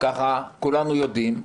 כמו שכולנו יודעים,